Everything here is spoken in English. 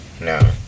No